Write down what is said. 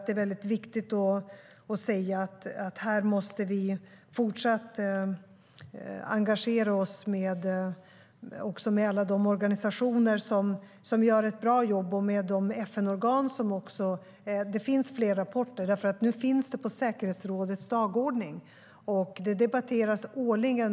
Det är väldigt viktigt att vi fortsätter att engagera oss tillsammans med alla de organisationer som gör ett bra jobb och med FN-organen. Det finns flera rapporter. Nu finns detta på säkerhetsrådets dagordning och debatteras årligen.